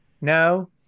No